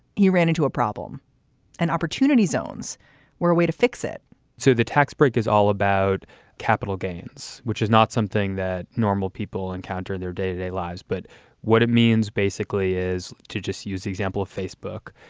he ran into a problem and opportunity zones were a way to fix it so the tax break is all about capital gains, which is not something that normal people encounter in their day to day lives. but what it means basically is to just use the example of facebook.